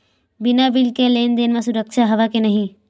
बिना बिल के लेन देन म सुरक्षा हवय के नहीं?